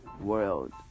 world